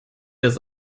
das